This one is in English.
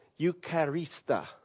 eucharista